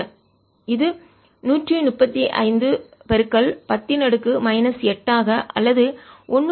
1 இது 135 10 8 ஆக அல்லது 1